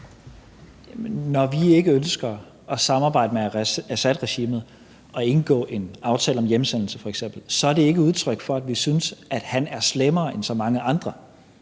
Når vi ikke ønsker at samarbejde med Assadregimet og f.eks. indgå en aftale om hjemsendelse, er det ikke udtryk for, at vi synes, at han er slemmere end så mange andre.